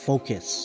focus